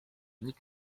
nikt